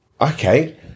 Okay